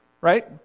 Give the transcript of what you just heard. right